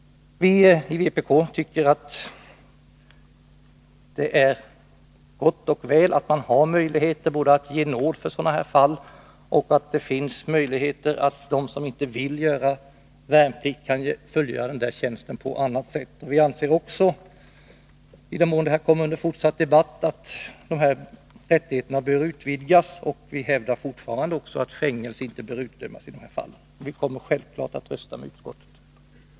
Vpk tycker att det är gott och väl att det finns möjligheter både att ge nåd i sådana här fall och att de som inte vill göra värnplikt kan fullgöra tjänsten på annat sätt. Vi anser också — om det nu kommer att bli en fortsatt debatt i sådana här frågor — att rättigheterna bör utvidgas, och vi hävdar fortfarande att fängelse inte bör utdömas i de fall som det här är fråga om. Vi kommer självfallet att ansluta oss till vad utskottet anfört.